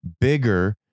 bigger